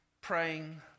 praying